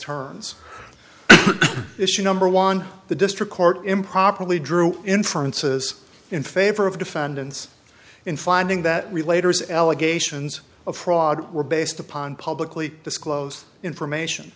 turns issue number one the district court improperly drew inferences in favor of defendants in finding that relate or is allegations of fraud were based upon publicly disclosed information